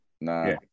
Nah